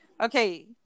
Okay